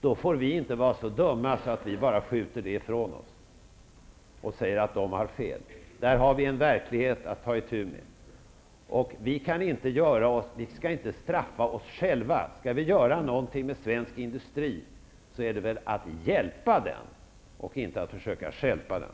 Då får vi inte vara så dumma att vi bara skjuter det ifrån oss och säger att de har fel. Där har vi en verklighet att ta itu med. Vi skall inte straffa oss själva. Skall vi göra någonting med svensk industri är det väl att hjälpa den och inte att försöka stjälpa den.